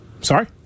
Sorry